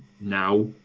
now